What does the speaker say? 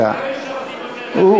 אם יורשה לי,